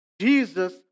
Jesus